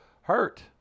hurt